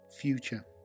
future